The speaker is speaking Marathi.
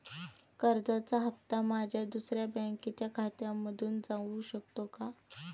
कर्जाचा हप्ता माझ्या दुसऱ्या बँकेच्या खात्यामधून जाऊ शकतो का?